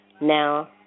now